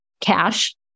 cash